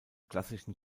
klassischen